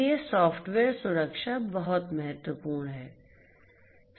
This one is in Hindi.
इसलिए सॉफ्टवेयर सुरक्षा बहुत महत्वपूर्ण है